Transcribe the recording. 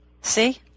See